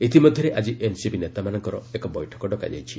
ଇତିମଧ୍ୟରେ ଆକି ଏନ୍ସିପି ନେତାମାନଙ୍କର ଏକ ବୈଠକ ଡକାଯାଇଛି